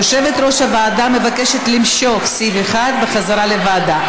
יושבת-ראש הוועדה מבקשת למשוך סעיף אחד בחזרה לוועדה.